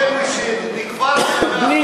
שאת מקיימת שם כבר שנים ארוכות.